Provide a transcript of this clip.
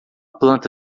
planta